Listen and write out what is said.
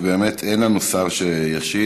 ובאמת אין לנו שר שישיב,